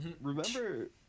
Remember